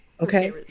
okay